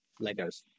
Legos